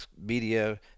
media